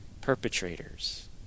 perpetrators